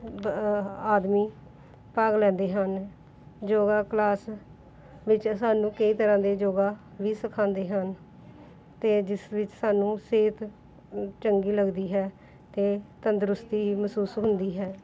ਆਦਮੀ ਭਾਗ ਲੈਂਦੇ ਹਨ ਯੋਗਾ ਕਲਾਸ ਵਿੱਚ ਸਾਨੂੰ ਕਈ ਤਰ੍ਹਾਂ ਦੇ ਯੋਗਾ ਵੀ ਸਿਖਾਉਂਦੇ ਹਨ ਅਤੇ ਜਿਸ ਵਿੱਚ ਸਾਨੂੰ ਸਿਹਤ ਚੰਗੀ ਲੱਗਦੀ ਹੈ ਅਤੇ ਤੰਦਰੁਸਤੀ ਹੀ ਮਹਿਸੂਸ ਹੁੰਦੀ ਹੈ